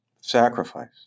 sacrifice